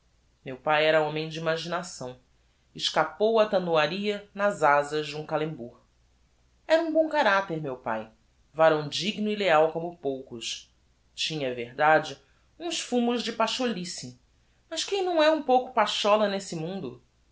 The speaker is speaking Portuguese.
meu pae era homem de imaginação escapou á tanoaria nas azas de um calembour era um bom caracter meu pae varão digno e leal como poucos tinha é verdade uns fumos de pacholice mas quem não é um pouco pachola nesse mundo